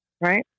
right